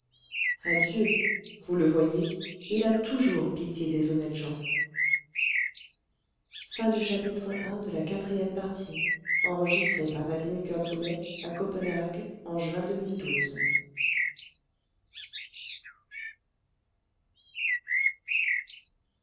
dieu vous le voyez il a toujours pitié des honnêtes gens